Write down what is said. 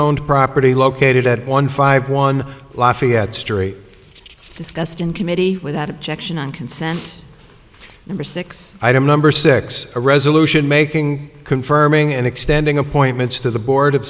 owned property located at one five one lafayette story discussed in committee without objection on consent number six item number six a resolution making confirming and extending appointments to the board of